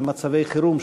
של מצבי חירום,